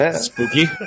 spooky